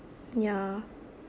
yeah